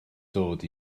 dod